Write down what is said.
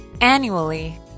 Annually